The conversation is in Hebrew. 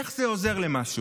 איך זה עוזר למשהו?